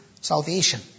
salvation